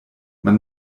man